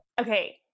Okay